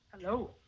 hello